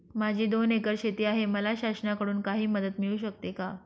माझी दोन एकर शेती आहे, मला शासनाकडून काही मदत मिळू शकते का?